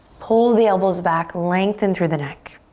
pull the elbows back, lengthen through the neck.